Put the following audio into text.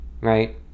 right